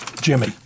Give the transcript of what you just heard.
Jimmy